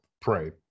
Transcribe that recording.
pray